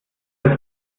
sich